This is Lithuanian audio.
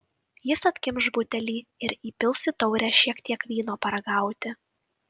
jis atkimš butelį ir įpils į taurę šiek tiek vyno paragauti